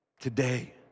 Today